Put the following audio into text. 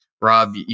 Rob